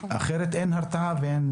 אחרת אין הרתעה.